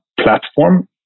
platform